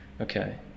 Okay